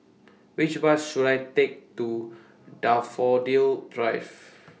Which Bus should I Take to Daffodil Drive